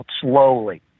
slowly